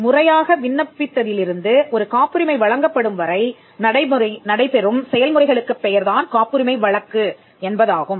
முறையாக விண்ணப்பித்த திலிருந்து ஒரு காப்புரிமை வழங்கப்படும் வரை நடைபெறும் செயல்முறைகளுக்குப் பெயர்தான் காப்புரிமை வழக்கு என்பதாகும்